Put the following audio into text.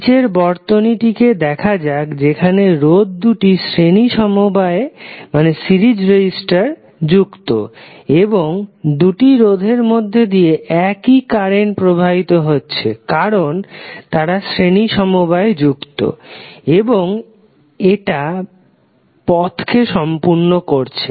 নিচের বর্তনীটিকে দেখা যাক যেখানে রোধ দুটি শ্রেণী সমবায়ে যুক্ত এবং দুটি রোধের মধ্যে দিয়ে একই কারেন্ট প্রবাহিত হচ্ছে কারণ তারা শ্রেণী সমবায়ে যুক্ত এবং এটা পথটিকে সম্পূর্ণ করছে